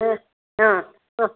ம் ஆ ஆ